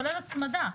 כולל הצמדה.